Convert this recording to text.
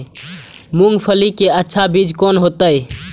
मूंगफली के अच्छा बीज कोन होते?